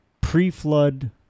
pre-flood